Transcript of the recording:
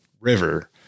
river